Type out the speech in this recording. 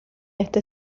este